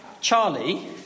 Charlie